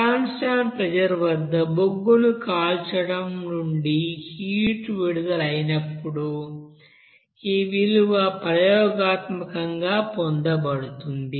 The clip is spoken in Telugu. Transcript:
కాన్స్టాంట్ ప్రెజర్ వద్ద బొగ్గును కాల్చడం నుండి హీట్ విడుదల అయినప్పుడు ఈ విలువ ప్రయోగాత్మకంగా పొందబడుతుంది